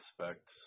aspects